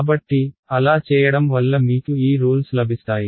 కాబట్టి అలా చేయడం వల్ల మీకు ఈ రూల్స్ లభిస్తాయి